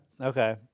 okay